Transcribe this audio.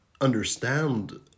understand